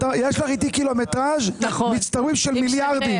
יש לך איתי קילומטראז' מצטברים של מיליארדים.